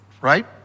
Right